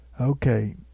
Okay